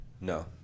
No